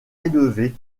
élevé